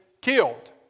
killed